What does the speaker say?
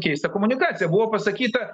keista komunikacija buvo pasakyta